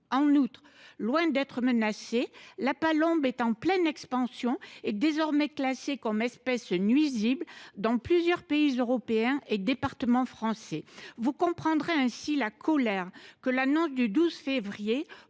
En outre, loin d’être menacée, la palombe est en pleine expansion, et désormais classée comme espèce nuisible dans plusieurs pays européens et départements français. Vous comprendrez ainsi la colère que l’annonce du 12 février